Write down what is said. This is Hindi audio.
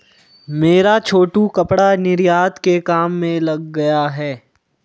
मेरा छोटू कपड़ा निर्यात के काम में लग गया है